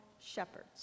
shepherds